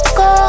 go